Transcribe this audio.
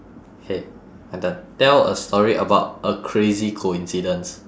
K my turn tell a story about a crazy coincidence